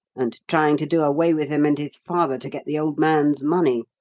and trying to do away with him and his father to get the old man's money.